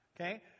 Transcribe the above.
Okay